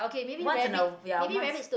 once in a ya once